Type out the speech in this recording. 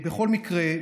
בכל מקרה,